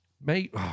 mate